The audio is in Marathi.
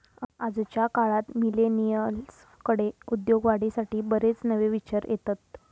आजच्या काळात मिलेनियल्सकडे उद्योगवाढीसाठी बरेच नवे विचार येतत